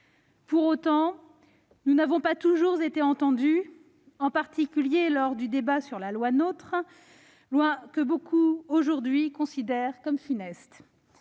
Pour autant, nous n'avons pas toujours été entendus, en particulier lors du débat sur la loi NOTRe, loi que beaucoup aujourd'hui considèrent comme funeste.